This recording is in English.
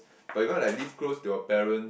but you want like live close to your parent